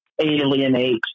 alienate